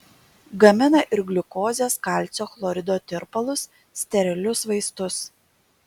gamina ir gliukozės kalcio chlorido tirpalus sterilius vaistus